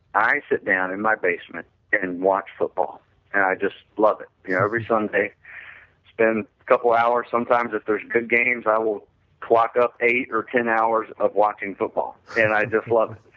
i sit down in my basement and watch football and i just loved it. you know every sunday spend a couple hours, sometimes if there's good games i will clock up eight or ten hours of watching football and i just loved